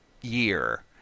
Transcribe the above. year